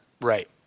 Right